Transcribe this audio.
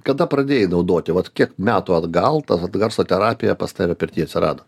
kada pradėjai naudoti vat kiek metų atgal tas garso terapija pas tave pirty atsirado